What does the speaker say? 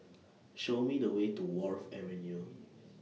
Show Me The Way to Wharf Avenue